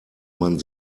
man